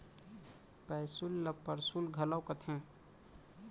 पैसुल ल परसुल घलौ कथें